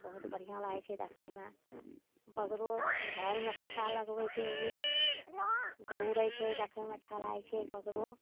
बहुत बढ़िआँ लागै छै देखैमे बगरो घरमे खोँता लगबै छै ओ उड़ै छै तऽ देखैमे अच्छा लागै छै बगरो